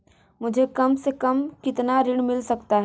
मुझे कम से कम कितना ऋण मिल सकता है?